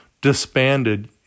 disbanded